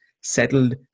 settled